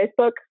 Facebook